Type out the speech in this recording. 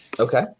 Okay